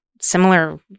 similar